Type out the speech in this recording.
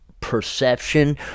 perception